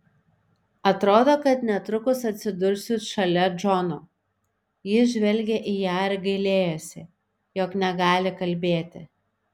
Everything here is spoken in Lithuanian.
atrodo kad netrukus atsidursiu šalia džono jis žvelgė į ją ir gailėjosi jog negali kalbėti